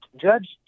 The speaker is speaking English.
Judge